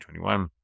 2021